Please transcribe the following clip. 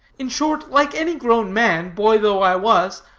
in short, like any grown man, boy though i was,